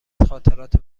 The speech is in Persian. خاطرات